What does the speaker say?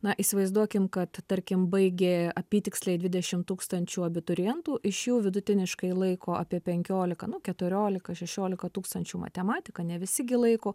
na įsivaizduokim kad tarkim baigė apytiksliai dvidešimt tūkstančių abiturientų iš jų vidutiniškai laiko apie penkiolika nu keturiolika šešiolika tūkstančių matematiką ne visi gi laiko